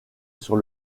sur